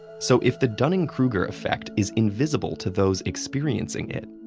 so if the dunning-kruger effect is invisible to those experiencing it,